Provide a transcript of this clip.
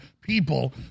people